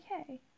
okay